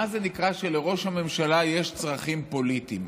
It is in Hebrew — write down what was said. מה זה נקרא שלראש הממשלה יש צרכים פוליטיים?